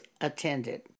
attended